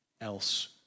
else